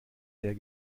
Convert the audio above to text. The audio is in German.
sehr